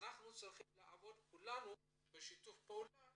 וכולנו צריכים לעבוד בשיתוף פעולה